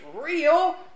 real